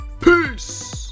Peace